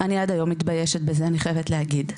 אני עד היום מתביישת בזה, אני חייבת להגיד.